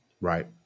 right